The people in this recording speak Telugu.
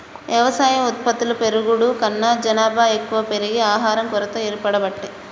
వ్యవసాయ ఉత్పత్తులు పెరుగుడు కన్నా జనాభా ఎక్కువ పెరిగి ఆహారం కొరత ఏర్పడబట్టే